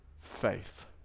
faith